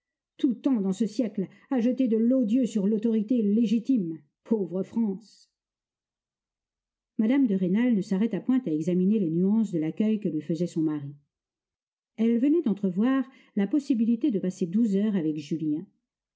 tout tend dans ce siècle à jeter de l'odieux sur l'autorité légitime pauvre france mme de rênal ne s'arrêta point à examiner les nuances de l'accueil que lui faisait son mari elle venait d'entrevoir la possibilité de passer douze heures avec julien